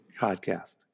podcast